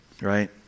right